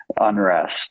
unrest